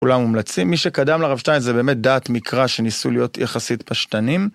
כולם מומלצים, מי שקדם לרב שטיין זה באמת דעת מקרא שניסו להיות יחסית פשטנים.